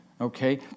Okay